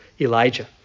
Elijah